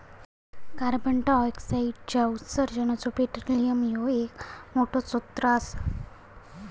कार्बंडाईऑक्साईडच्या उत्सर्जानाचो पेट्रोलियम ह्यो एक मोठो स्त्रोत असा